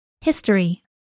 History